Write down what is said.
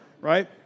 right